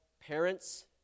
parents